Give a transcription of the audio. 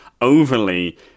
overly